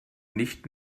nicht